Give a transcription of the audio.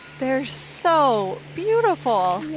they're so beautiful!